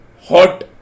hot